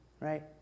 right